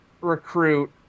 recruit